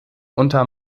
unter